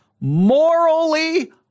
morally